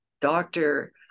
doctor